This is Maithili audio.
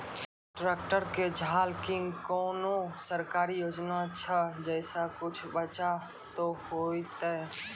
ट्रैक्टर के झाल किंग कोनो सरकारी योजना छ जैसा कुछ बचा तो है ते?